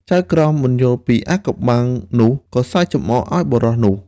ចៅក្រមមិនយល់ពីអាថ៌កំបាំងនោះ ក៏សើចចំអកឱ្យបុរសនោះ។